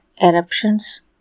eruptions